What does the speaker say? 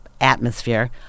atmosphere